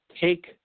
take